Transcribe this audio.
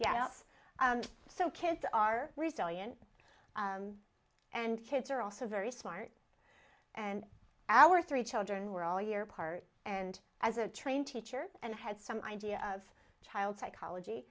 yes so kids are resilient and kids are also very smart and our three children were all year apart and as a trained teacher and had some idea of child psychology